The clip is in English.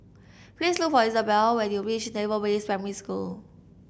please look for Isabel when you reach Naval Base Primary School